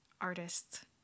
artist's